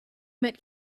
met